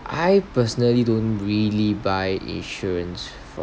I personally don't really buy insurance from